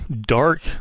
dark